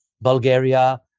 Bulgaria